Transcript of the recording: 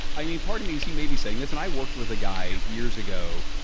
i mean, part of me is he may be saying this, and i worked with a guy years ago,